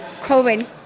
COVID